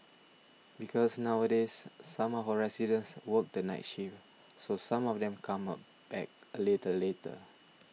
because nowadays some of our residents work the night shift so some of them come up back a little later